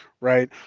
right